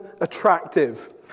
attractive